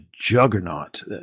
juggernaut